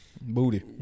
Booty